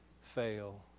fail